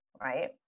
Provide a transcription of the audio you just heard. right